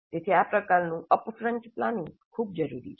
તેથી આ પ્રકારનું અપફ્રન્ટ પ્લાનિંગ ખૂબ જ જરૂરી છે